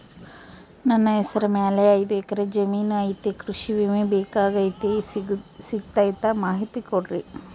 ನನ್ನ ಹೆಸರ ಮ್ಯಾಲೆ ಐದು ಎಕರೆ ಜಮೇನು ಐತಿ ಕೃಷಿ ವಿಮೆ ಬೇಕಾಗೈತಿ ಸಿಗ್ತೈತಾ ಮಾಹಿತಿ ಕೊಡ್ರಿ?